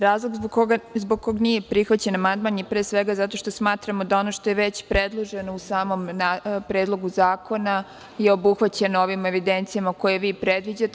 Razlog zbog kog nije prihvaćen amandman je, pre svega, zato što smatramo da ono što je već predloženo u samom Predlogu zakona je obuhvaćeno ovim evidencijama koje vi predviđate.